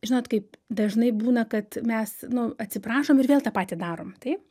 žinot kaip dažnai būna kad mes nu atsiprašom ir vėl tą patį darom taip